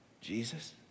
Jesus